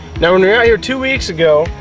now, when we were out here two weeks ago,